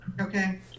okay